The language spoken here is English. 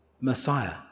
Messiah